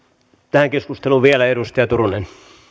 tähän keskusteluun vielä edustaja turunen